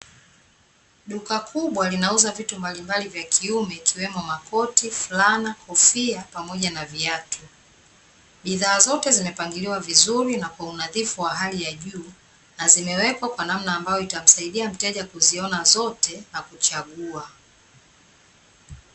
Duka kubwa linauza vitu mbalimbali vya kiume ikiwemo makoti, flana, kofia pamoja na viatu, bidhaa zote zimepangiliwa vizuri na kwa unadhifu wa hali ya juu na zimewekwa kwa namna ambayo itamsaidia mteja kuziona zote na kuchagua .